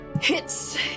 hits